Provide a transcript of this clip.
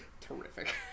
terrific